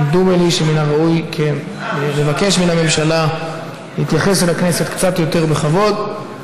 כמדומני שמן הראוי כן לבקש מהממשלה להתייחס אל הכנסת קצת יותר בכבוד,